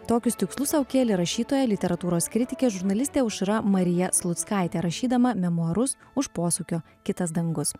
tokius tikslus sau kėlė rašytoja literatūros kritikė žurnalistė aušra marija sluckaitė rašydama memuarus už posūkio kitas dangus